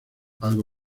algo